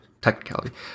technicality